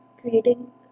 creating